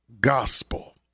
gospel